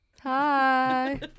Hi